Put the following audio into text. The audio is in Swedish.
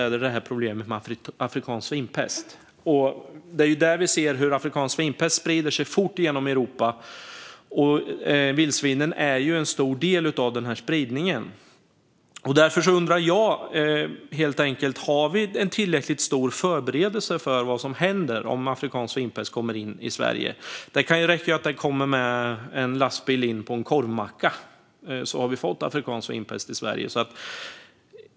Jag tänker på problemet med afrikansk svinpest. Vi ser hur afrikansk svinpest sprider sig fort genom Europa, och vildsvinen står för en stor del av den spridningen. Därför undrar jag helt enkelt: Har vi en tillräckligt stor beredskap för vad som händer om afrikansk svinpest kommer in i Sverige? Det räcker ju att den kommer in på en korvmacka i en lastbil, så har vi fått afrikansk svinpest i Sverige.